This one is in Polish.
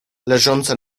leżące